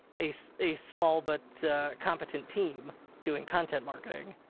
a so a small but competent team doing content marketing.